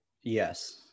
yes